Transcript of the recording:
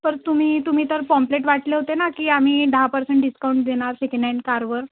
तर तुम्ही तुम्ही तर पॉम्पलेट वाटले होते ना की आम्ही दहा परसेंट डिस्काउंट देणार सेकंडहॅन्ड कारवर